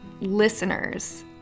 listeners